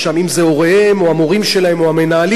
אם זה הוריהם או המורים שלהם או המנהלים,